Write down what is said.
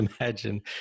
imagine